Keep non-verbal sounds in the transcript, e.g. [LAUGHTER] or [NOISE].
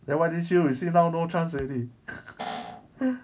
then why didn't you you see now no chance already [LAUGHS]